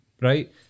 right